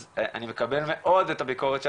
אז אני מקבל מאוד את הביקורת שלך,